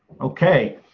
Okay